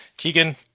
Keegan